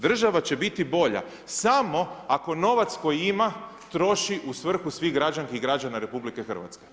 Država će biti bolja samo ako novac koji ima troši u svrhu svih građanki i građana RH.